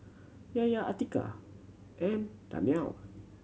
Yahya Atiqah and Daniel